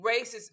racist